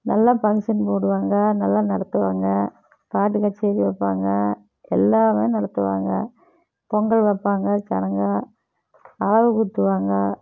நல்லா ஃபங்ஷன் போடுவாங்க நல்லா நடத்துவாங்க பாட்டு கச்சேரி வைப்பாங்க எல்லாமே நடத்துவாங்க பொங்கல் வைப்பாங்க ஜனங்க அலகு குத்துவாங்க